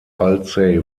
alzey